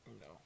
No